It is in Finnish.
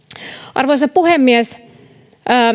arvoisa puhemies